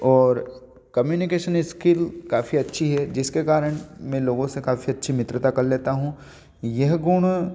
और communication skill काफ़ी अच्छी है जिसके कारण मैं लोगो से काफ़ी अच्छी मित्रता कर लेता हूँ यह गुण